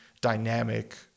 dynamic